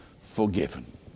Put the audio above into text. forgiven